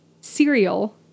cereal